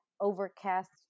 overcast